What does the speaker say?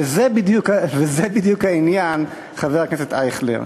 וזה בדיוק העניין, חבר הכנסת אייכלר.